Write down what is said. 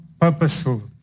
purposeful